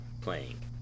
playing